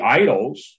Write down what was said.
idols